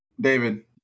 David